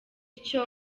bityo